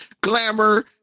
glamour